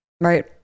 Right